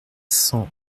cent